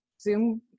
Zoom